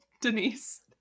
denise